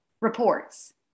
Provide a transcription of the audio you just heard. reports